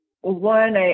One